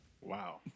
Wow